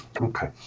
Okay